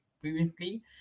previously